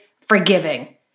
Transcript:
forgiving